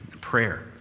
prayer